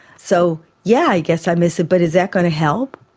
so yeah, i guess i miss it but is that going to help?